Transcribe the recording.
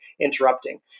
interrupting